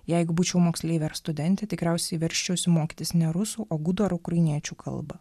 jeigu būčiau moksleivė ar studentė tikriausiai versčiausi mokytis ne rusų o gudų ar ukrainiečių kalbą